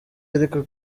ariko